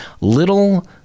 little